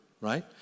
right